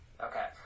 Okay